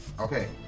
Okay